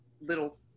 little